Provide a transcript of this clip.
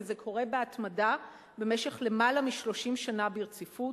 וזה קורה בהתמדה במשך למעלה מ-30 שנה ברציפות.